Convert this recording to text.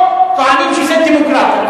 פה טוענים שזאת דמוקרטיה,